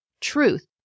truth